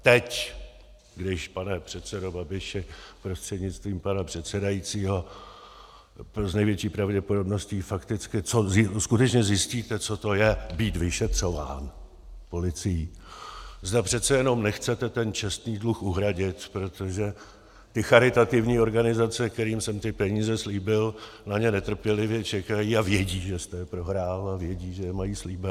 Teď když, pane předsedo Babiši prostřednictvím pana předsedajícího, s největší pravděpodobností fakticky skutečně zjistíte, co to je být vyšetřován policií, zda přece jenom nechcete ten čestný dluh uhradit, protože ty charitativní organizace, kterým jsem ty peníze slíbil, na ně netrpělivě čekají a vědí, že jste je prohrál, a vědí, že je mají slíbené.